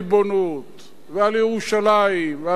על ירושלים ועל ארץ-ישראל,